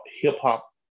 hip-hop